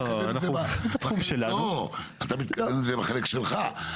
אתה מתכוון לזה בחלק שלך.